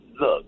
look